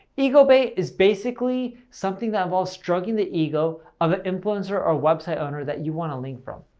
ego bait is basically something that involves stroking the ego of an influencer or website owner that you want a link from.